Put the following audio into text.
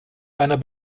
einer